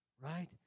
Right